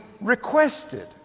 requested